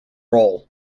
role